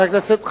תודה רבה.